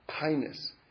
kindness